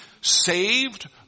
saved